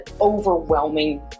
overwhelming